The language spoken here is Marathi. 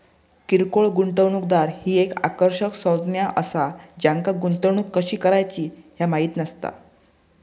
किरकोळ गुंतवणूकदार ही एक आकर्षक संज्ञा असा ज्यांका गुंतवणूक कशी करायची ह्या माहित नसता